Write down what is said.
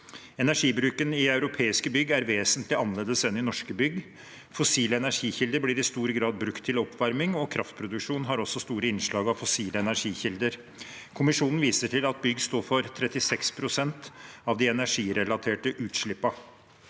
Energibruken i europeiske bygg er vesentlig annerledes enn i norske bygg. Fossile energikilder blir i stor grad brukt til oppvarming, og kraftproduksjonen har også store innslag av fossile energikilder. Kommisjonen viser til at bygg står for 36 pst. av de energirelaterte utslippene.